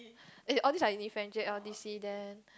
okay all these are uni friends J_L D_C then